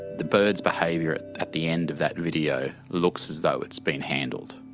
the bird's behaviour at the end of that video looks as though it's been handled.